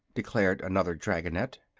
declared another dragonette.